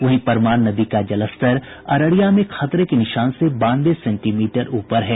वहीं परमान नदी का जलस्तर अररिया में खतरे के निशान से बानवे सेंटीमीटर ऊपर है